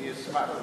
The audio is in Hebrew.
אני אשמח.